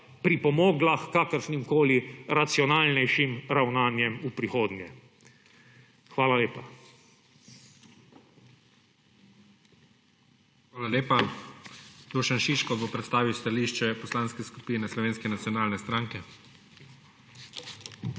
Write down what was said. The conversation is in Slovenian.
pripomogla h kakršnimkoli racionalnejšim ravnanjem v prihodnje. Hvala lepa. **PREDSEDNIK IGOR ZORČIČ:** Hvala lepa. Dušan Šiško bo predstavil stališče Poslanske skupine Slovenske nacionalne stranke.